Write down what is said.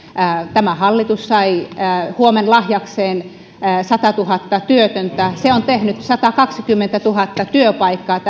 tämä hallitus sai huomenlahjakseen satatuhatta työtöntä se on tehnyt satakaksikymmentätuhatta työpaikkaa ja